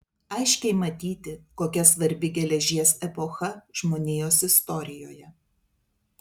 aiškiai matyti kokia svarbi geležies epocha žmonijos istorijoje